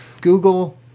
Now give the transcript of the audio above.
Google